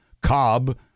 Cobb